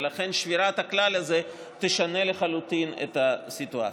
ולכן שבירת הכלל הזה תשנה לחלוטין את הסיטואציה.